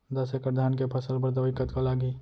दस एकड़ धान के फसल बर दवई कतका लागही?